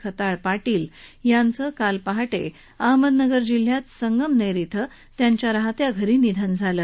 खताळ पाटील यांचं काल पहाटे अहमदनगर जिल्ह्यातल्या संगमनेर इथं त्यांच्या राहात्या घरी निधन झालं